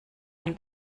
ein